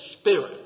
spirit